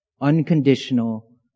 unconditional